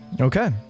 Okay